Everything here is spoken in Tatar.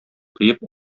тоеп